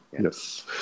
Yes